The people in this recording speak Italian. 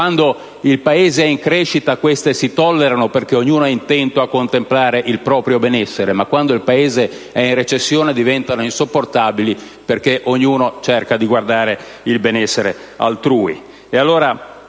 quando il Paese è in crescita, queste si tollerano, dal momento che ognuno è intento a contemplare il proprio benessere, ma quando il Paese è in recessione, diventano insopportabili, perché ognuno guarda al benessere altrui.